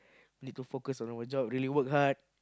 need to focus on our job really work hard